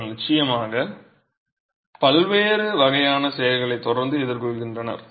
அவர்கள் நிச்சயமாக பல்வேறு வகையான செயல்களை தொடர்ந்து எதிர்கொள்கின்றனர்